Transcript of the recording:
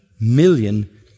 million